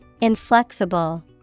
Inflexible